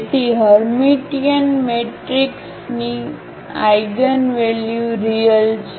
તેથી હર્મિટિયન મેટ્રિક્સની eigenvalue real છે